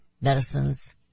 medicines